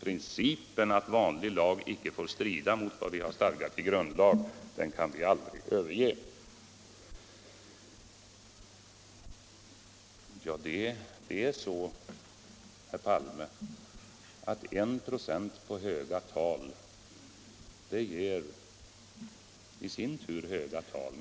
Principen att vanlig lag icke får strida mot vad som har stadgats i grundlag kan vi emellertid aldrig överge. Det är så, herr Palme, att 1 96 på höga tal ger i sin tur höga tal.